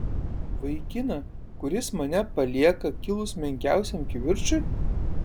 vaikiną kuris mane palieka kilus menkiausiam kivirčui